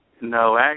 No